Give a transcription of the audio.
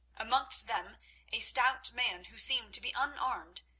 amongst them a stout man, who seemed to be unarmed,